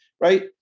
right